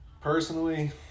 Personally